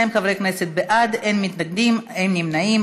22 חברי כנסת בעד, אין מתנגדים, אין נמנעים.